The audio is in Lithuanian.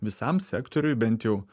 visam sektoriui bent jau